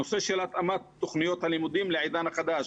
הנושא של התאמת תוכניות הלימודים לעידן החדש.